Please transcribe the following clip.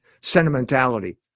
sentimentality